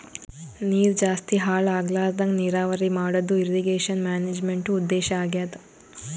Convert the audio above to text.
ನೀರ್ ಜಾಸ್ತಿ ಹಾಳ್ ಆಗ್ಲರದಂಗ್ ನೀರಾವರಿ ಮಾಡದು ಇರ್ರೀಗೇಷನ್ ಮ್ಯಾನೇಜ್ಮೆಂಟ್ದು ಉದ್ದೇಶ್ ಆಗ್ಯಾದ